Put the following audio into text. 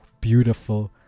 beautiful